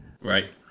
Right